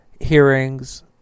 hearings